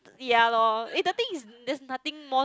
ya lor eh the thing is there's nothing more